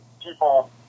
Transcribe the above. people